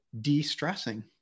de-stressing